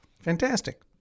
Fantastic